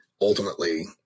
ultimately